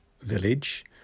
village